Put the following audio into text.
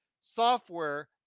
software